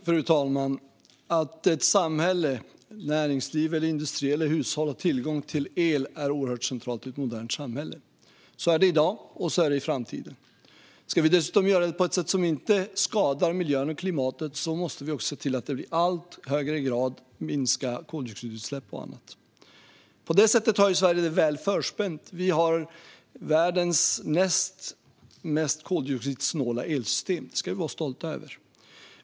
Fru talman! Att se till att näringsliv, industrier och hushåll har tillgång till el är oerhört centralt i ett modernt samhälle. Så är det i dag, och så är det i framtiden. Ska vi dessutom göra det på ett sätt som inte skadar miljön och klimatet måste vi se till att i allt högre grad minska koldioxidutsläpp och annat. På det sättet har Sverige det väl förspänt. Vi har världens näst mest koldioxidsnåla elsystem. Det ska vi vara stolta över.